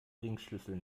ringschlüssel